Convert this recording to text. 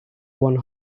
one